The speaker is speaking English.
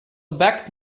backed